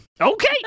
Okay